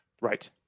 Right